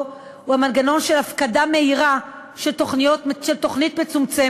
הוא המנגנון של הפקדה מהירה של תוכנית מצומצמת,